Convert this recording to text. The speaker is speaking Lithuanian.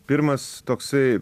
pirmas toksai